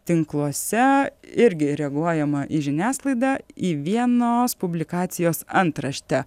tinkluose irgi reaguojama į žiniasklaidą į vienos publikacijos antraštę